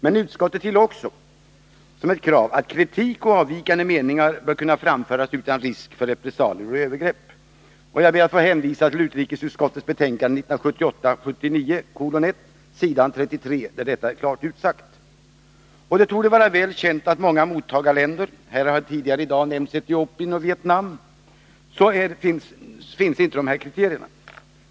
Men utskottet tillade också som ett krav: ”Kritik och avvikande meningar bör kunna framföras utan risk för repressalier och övergrepp.” Jag ber att få hänvisa till utrikesutskottets betänkande 1978/79:1 s. 33, där detta är klart utsagt. Det torde vara väl känt att de här kriterierna inte finns i många mottagarländer — här har tidigare i dag nämnts bl.a. Etiopien och Vietnam.